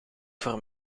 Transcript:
voor